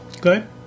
Good